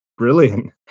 brilliant